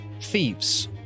thieves